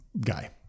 Guy